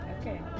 Okay